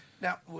Now